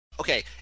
Okay